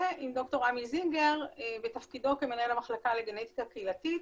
ועם ד"ר עמי זינגר בתפקידו כמנהל המחלקה לגנטיקה קהילתית.